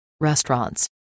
restaurants